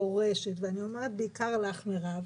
דורשת ואני אומר בעיקר לך מירב,